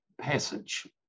passage